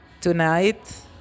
tonight